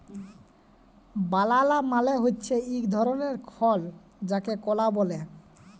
বালালা মালে হছে ইক ধরলের ফল যাকে কলা ব্যলে